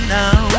now